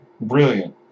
brilliant